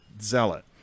zealot